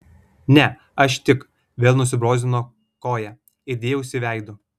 ne aš tik vėl nusibrozdinau koją ir dėjausi veidu